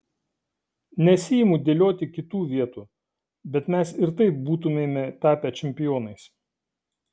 nesiimu dėlioti kitų vietų bet mes ir taip būtumėme tapę čempionais